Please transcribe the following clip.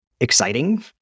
exciting